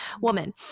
woman